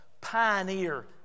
pioneer